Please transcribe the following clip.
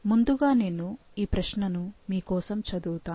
ముందుగా నేను ఈ ప్రశ్నని మీ కోసం చదువుతాను